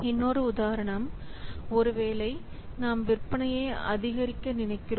இன்னொரு உதாரணம் ஒருவேளை நாம் விற்பனையை அதிகரிக்க நினைக்கிறோம்